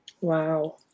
Wow